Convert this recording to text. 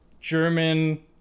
German